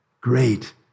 Great